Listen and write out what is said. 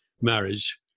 marriage